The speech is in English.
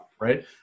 right